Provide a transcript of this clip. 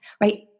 right